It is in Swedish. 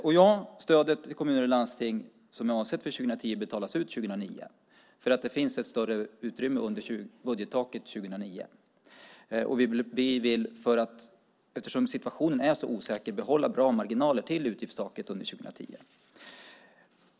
Ja, det stöd till kommuner och landsting som är avsett för 2010 betalas ut 2009. Anledningen är att det under budgettaket för 2009 finns ett större utrymme. Eftersom det är en så osäker situation vill vi behålla goda marginaler till utgiftstaket under år 2010.